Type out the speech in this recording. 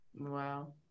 wow